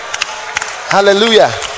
hallelujah